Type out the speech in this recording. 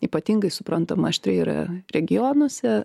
ypatingai suprantama aštriai yra regionuose